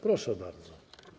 Proszę bardzo.